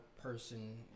person